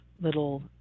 little